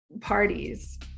parties